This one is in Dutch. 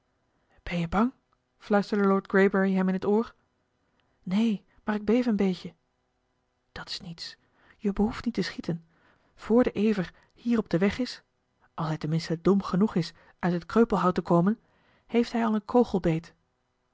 bang fluisterde lord greybury hem in t oor neen maar ik beef een beetje dat is niets je behoeft niet te schieten voor de ever hier op den weg is als hij tenminste dom genoeg is uit het kreupelhout te komen heeft hij al een kogel beet